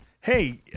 Hey